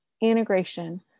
integration